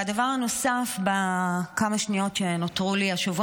והדבר הנוסף בכמה שניות שנותרו לי: השבוע